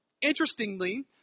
Interestingly